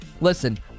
Listen